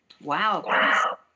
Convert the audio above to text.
Wow